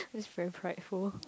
just very prideful